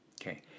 Okay